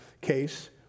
case